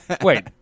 Wait